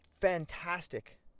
fantastic